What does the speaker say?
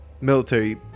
military